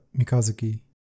Mikazuki